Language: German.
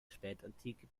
spätantike